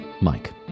Mike